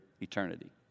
eternity